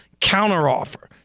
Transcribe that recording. counteroffer